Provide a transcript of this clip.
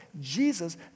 Jesus